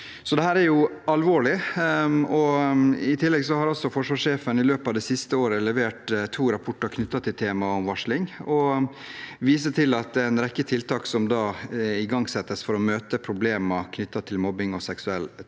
har altså forsvarssjefen i løpet av det siste året levert to rapporter knyttet til temaet om varsling. Han viser til at det er en rekke tiltak som igangsettes for å møte problemene knyttet til mobbing og seksuell